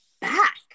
back